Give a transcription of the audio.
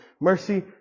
Mercy